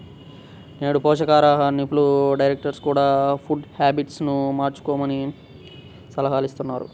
నేడు పోషకాహార నిపుణులు, డాక్టర్స్ కూడ ఫుడ్ హ్యాబిట్స్ ను మార్చుకోమని సలహాలిస్తున్నారు